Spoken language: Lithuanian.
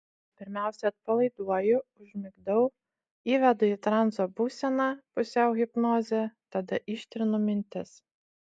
pirmiausia atpalaiduoju užmigdau įvedu į transo būseną pusiau hipnozę tada ištrinu mintis